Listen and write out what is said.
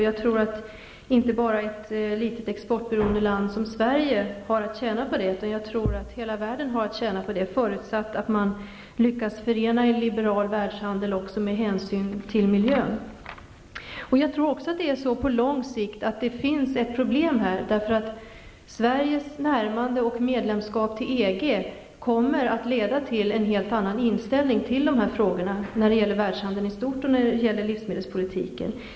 Det är inte bara ett litet, exportberoende land som Sverige som kan tjäna på det, utan det kan hela världen göra, förutsatt att man lyckas förena en liberal världshandel med hänsyn till miljön. På lång sikt finns det ett problem här, då Sveriges närmande till och medlemskap i EG kommer att leda till en helt annan inställning i fråga om världshandeln i stort och livsmedelspolitiken.